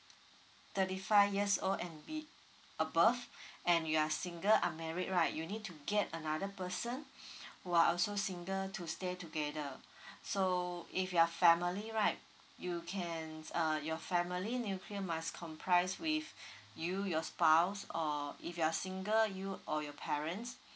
thirty five years old and be above and you are single unmarried right you need to get another person who are also single to stay together so if you are family right you can uh your family nuclear must comprise with you your spouse or if you are single you or your parents